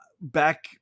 back